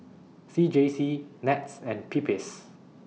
C J C Nets and PPIS